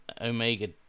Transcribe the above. Omega